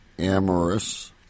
Amorous